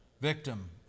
victim